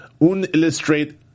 Unillustrate